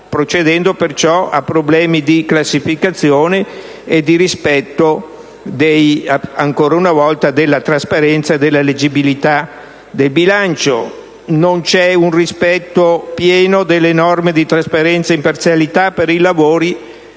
determinando perciò problemi di classificazione e di rispetto, ancora una volta, dei criteri di trasparenza e leggibilità del bilancio. Non c'è un rispetto pieno delle norme di trasparenza e imparzialità per i lavori,